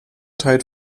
teilt